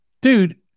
Dude